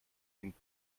den